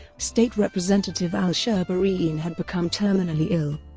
state representative al schoeberiein had become terminally ill,